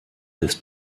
des